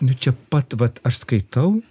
nu čia pat vat aš skaitau